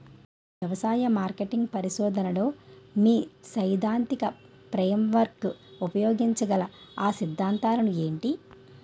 వ్యవసాయ మార్కెటింగ్ పరిశోధనలో మీ సైదాంతిక ఫ్రేమ్వర్క్ ఉపయోగించగల అ సిద్ధాంతాలు ఏంటి?